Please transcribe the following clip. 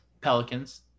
Pelicans